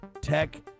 tech